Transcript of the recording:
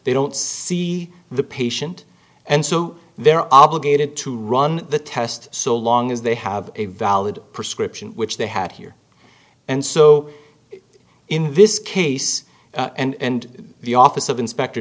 they don't see the patient and so they're obligated to run the test so long as they have a valid prescription which they had here and so in this case and the office of inspector